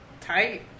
Tight